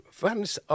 fans